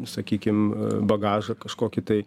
sakykim bagažą kažkokį tai